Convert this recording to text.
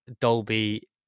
Dolby